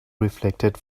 reflected